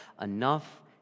enough